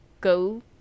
go